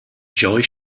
joy